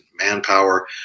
manpower